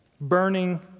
burning